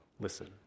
listen